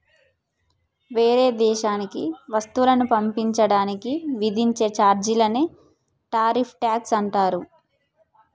ఏరే దేశానికి వస్తువులను పంపించడానికి విధించే చార్జీలనే టారిఫ్ ట్యాక్స్ అంటారు